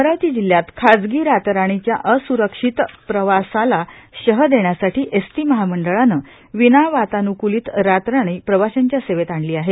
अमरावती जिल्ह्यात खाजगी रातराणीच्या अस्रक्षित प्रवासाला शह देण्यासाठी एसटी महामष्ठळान विना वातान्कुलित रातराणी प्रवाशाष्ठया सेवेत आणली आहे